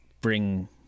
bring